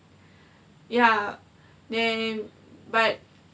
but ya name but